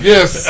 Yes